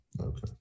Okay